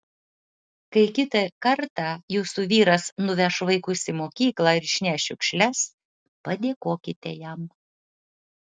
kai kitą kartą jūsų vyras nuveš vaikus į mokyklą ar išneš šiukšles padėkokite jam